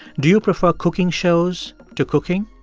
do you prefer cooking shows to cooking?